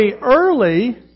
early